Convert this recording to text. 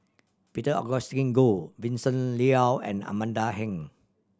Peter Augustine Goh Vincent Leow and Amanda Heng